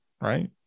right